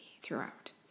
throughout